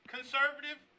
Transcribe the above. Conservative